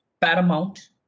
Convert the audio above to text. paramount